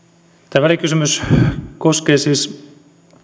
tämä välikysymys koskee siis